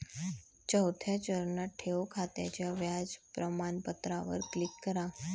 चौथ्या चरणात, ठेव खात्याच्या व्याज प्रमाणपत्रावर क्लिक करा